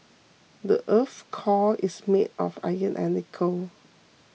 the earth's core is made of iron and nickel